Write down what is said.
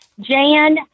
Jan